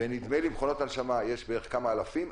ונדמה לי שיש בערך כמה אלפים של מכונות הנשמה.